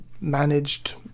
managed